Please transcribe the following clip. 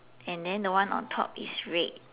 and then the one on top is red